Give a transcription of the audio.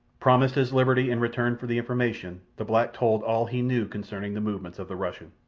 promised his liberty in return for the information, the black told all he knew concerning the movements of the russian.